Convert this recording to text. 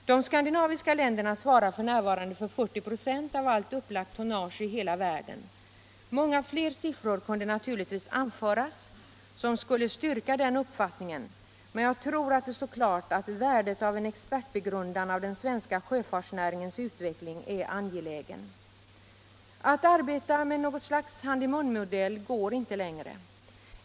De skandinaviska länderna svarar f. n. för 40 96 av allt upplagt tonnage i hela världen. Många fler siffror kunde naturligtvis anföras som skulle styrka vår uppfattning, men jag tror att det står klart att en expertbegrundan av den svenska sjöfartsnäringens utveckling är angelägen. Att arbeta med något slags ur-hand-i-mun-modell går inte längre.